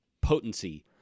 potency